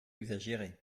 exagéré